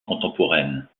contemporaines